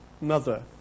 mother